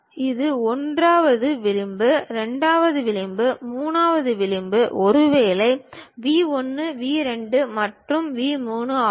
இது 1 வது விளிம்பு 2 வது விளிம்பு 3 வது விளிம்பு ஒருவேளை V 1 V 2 மற்றும் V 3 ஆகும்